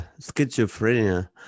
schizophrenia